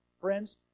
friends